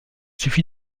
suffit